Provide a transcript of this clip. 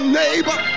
neighbor